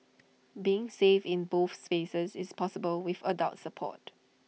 being safe in both spaces is possible with adult support